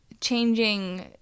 changing